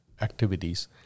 activities